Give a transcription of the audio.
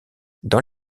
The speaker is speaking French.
dans